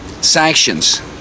sanctions